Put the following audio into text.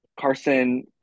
Carson